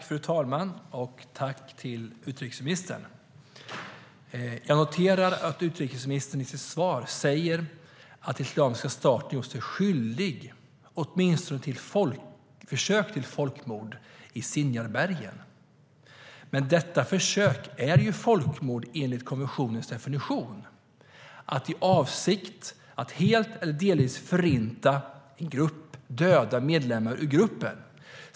Fru talman! Jag tackar utrikesministern. Jag noterar att utrikesministern i sitt svar säger att Islamiska staten gjort sig skyldig till åtminstone försök till folkmord i Sinjarbergen. Men det är ju folkmord, enligt konventionens definition, att i avsikt helt eller delvis förinta och döda medlemmar ur gruppen.